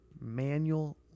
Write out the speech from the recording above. manual